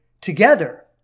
together